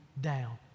down